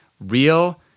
real